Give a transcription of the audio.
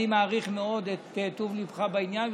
אני מעריך מאוד את טוב ליבך בעניין,